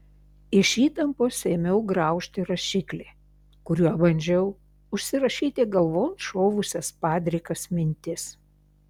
iš įtampos ėmiau graužti rašiklį kuriuo bandžiau užsirašyti galvon šovusias padrikas mintis